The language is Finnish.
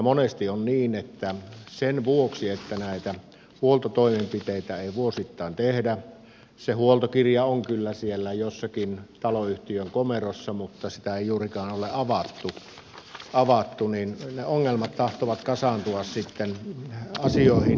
monesti on niin että sen vuoksi että näitä huoltotoimenpiteitä ei vuosittain tehdä se huoltokirja on kyllä siellä jossakin taloyhtiön komerossa mutta sitä ei juurikaan ole avattu ne ongelmat tahtovat kasaantua sitten asioihin